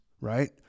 Right